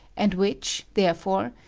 and which, therefore,